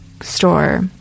store